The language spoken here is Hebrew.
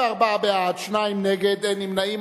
24 בעד, שניים נגד, אין נמנעים.